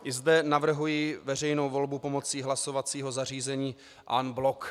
I zde navrhuji veřejnou volbu pomocí hlasovacího zařízení en bloc.